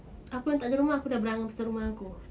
aku yang tak ada rumah aku dah bilang pasal rumah aku